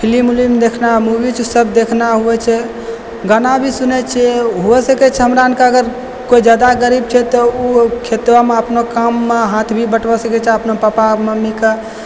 film उल्म देखनाइ movie सब देखनाइ होइ छै गाना भी सुनै छै हो सकै छै हमरा आनके अगर कोई जादा गरीब छै तऽ उ खेतोमे अपनो काममे हाथ भी बटवा सकै छै अपनो पापा मम्मीके